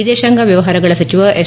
ವಿದೇಶಾಂಗ ವ್ಯವಹಾರಗಳ ಸಚಿವ ಎಸ್